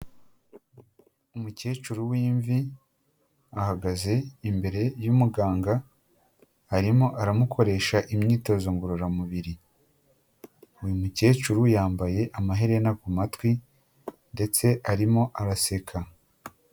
Umukecuru w'imvi ahagaze imbere y'umuganga arimo aramukoresha imyitozo ngororamubiri. Uyu mukecuru yambaye amaherena ku matwi ndetse arimo araseka.